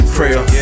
prayer